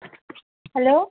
hello